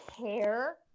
care